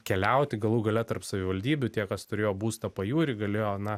keliauti galų gale tarp savivaldybių tie kas turėjo būstą pajūry galėjo na